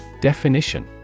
Definition